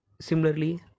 similarly